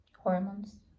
hormones